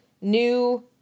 New